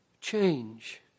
change